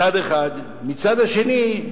מצד אחד, מצד שני,